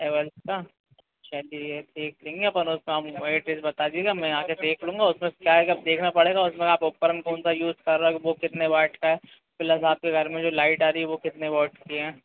हेवेल्स का चलिए ठीक उसका हम को एड्रेस बता दीजिएगा मैं आ के देख लूँगा उस में क्या है अब देखना पड़ेगा उस में आप उपकरण कौन सा यूज़ कर रहे हो वो कितने वाट का है फिर आप के घर में जो लाइट आ रही है वो कितने वाट की है